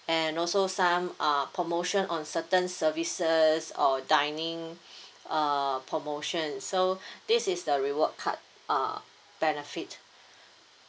and also some uh promotion on certain services or dining uh promotion so this is the reward card uh benefit